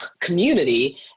community